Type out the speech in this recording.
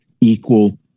equal